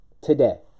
today